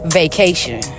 vacation